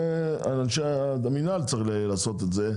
זה על אנשי המינהל לעשות את זה.